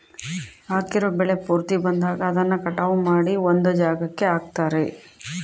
ಹಾಕಿರೋ ಬೆಳೆ ಪೂರ್ತಿ ಬಂದಾಗ ಅದನ್ನ ಕಟಾವು ಮಾಡಿ ಒಂದ್ ಜಾಗಕ್ಕೆ ಹಾಕ್ತಾರೆ